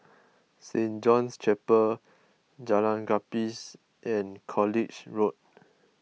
Saint John's Chapel Jalan Gapis and College Road